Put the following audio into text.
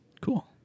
Cool